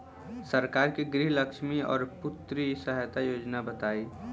सरकार के गृहलक्ष्मी और पुत्री यहायता योजना बताईं?